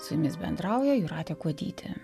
su jumis bendrauja jūratė kuodytė